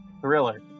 Thriller